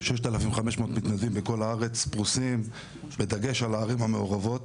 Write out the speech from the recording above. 6,500 מתנדבים בכל הארץ פרוסים בדגש על הערים המעורבות.